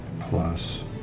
plus